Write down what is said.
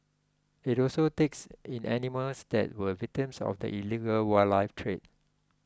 it also takes in animals that were victims of the illegal wildlife trade